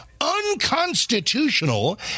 unconstitutional